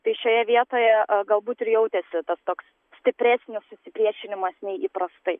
tai šioje vietoje a galbūt ir jautėsi tas toks stipresnis susipriešinimas nei įprastai